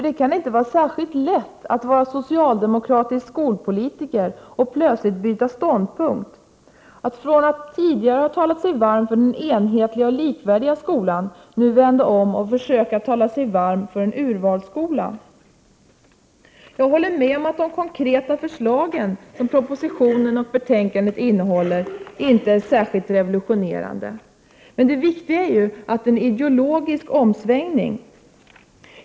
Det kan inte vara särskilt lätt att vara socialdemokratisk skolpolitiker och plötsligt byta ståndpunkt, att från att tidigare ha talat sig varm för den enhetliga och likvärdiga skolan nu vända om och försöka tala sig varm för en urvalsskola. Jag håller med om att de konkreta förslag som propositionen och betänkandet innehåller inte är särskilt revolutionerande. Men det viktiga är att det är en ideologisk omsvängning.